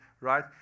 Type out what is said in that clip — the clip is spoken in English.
right